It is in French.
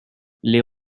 les